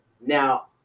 now